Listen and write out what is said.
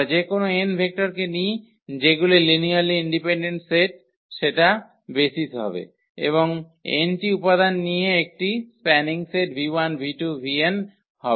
আমরা যে কোনও 𝑛 ভেক্টরকে নিই যেগুলি লিনিয়ারলি ইন্ডিপেন্ডেন্ট সেটা বেসিস হবে এবং n টি উপাদান নিয়ে একটি স্প্যানিং সেট 𝑣1 𝑣2 𝑣𝑛 হবে